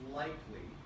likely